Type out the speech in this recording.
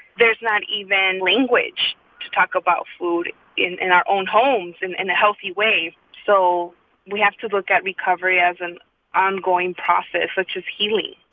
there's not even language to talk about food in in our own homes in and a healthy way. so we have to look at recovery as an ongoing process, such as healing